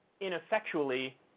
ineffectually